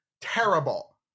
Terrible